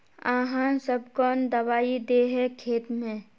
आहाँ सब कौन दबाइ दे है खेत में?